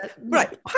right